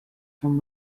from